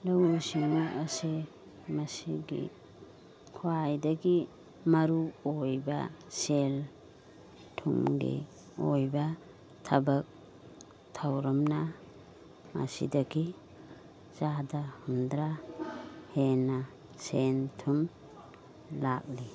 ꯂꯧꯎ ꯁꯤꯡꯎ ꯑꯁꯤ ꯃꯁꯤꯒꯤ ꯈ꯭ꯋꯥꯏꯗꯒꯤ ꯃꯔꯨ ꯑꯣꯏꯕ ꯁꯦꯜ ꯊꯨꯝꯒꯤ ꯑꯣꯏꯕ ꯊꯕꯛ ꯊꯧꯔꯝꯅ ꯃꯁꯤꯗꯒꯤ ꯆꯥꯗ ꯍꯨꯝꯗꯐꯨꯇꯔꯥ ꯍꯦꯟꯅ ꯁꯦꯜꯜ ꯊꯨꯝ ꯂꯥꯛꯂꯤ